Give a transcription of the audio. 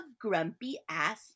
grumpy-ass